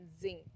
zinc